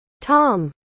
Tom